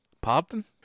Pardon